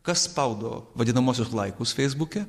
kas spaudo vadinamuosius laikus feisbuke